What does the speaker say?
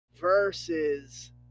versus